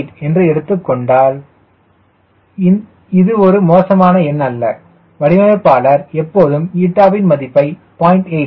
8 என்று எடுத்துக் கொண்டால் இது ஒரு மோசமான எண் அல்ல வடிவமைப்பாளர் எப்போதும் η வின் மதிப்பை 0